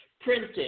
printing